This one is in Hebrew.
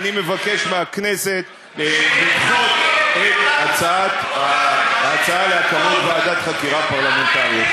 אני מבקש מהכנסת לדחות את ההצעות להקמת ועדות חקירה פרלמנטריות.